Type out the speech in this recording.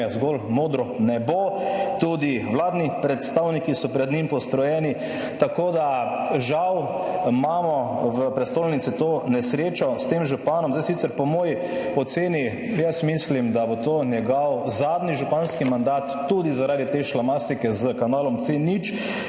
zgolj modro nebo, tudi vladni predstavniki so pred njim postrojeni, tako da žal imamo v prestolnici to nesrečo s tem županom. Zdaj sicer po moji oceni jaz mislim, da bo to njegov zadnji županski mandat tudi zaradi te šlamastike s kanalom C0 in